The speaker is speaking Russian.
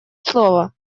слово